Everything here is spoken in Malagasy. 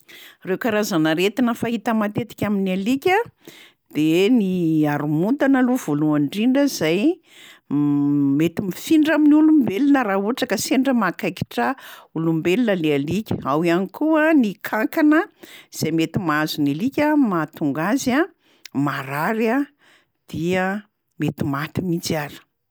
Reo karazan'aretina fahita matetika amin'ny alika de ny harimontana aloha voalohany indrindra zay mety mifindra amin'ny olombelona raha ohatra ka sendra mahakaikitra olombelona lay alika, ao ihany koa ny kankana zay mety mahazo ny alika mahatonga azy a marary a, dia mety maty mihitsy ara.